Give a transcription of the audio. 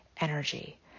energy